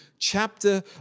Chapter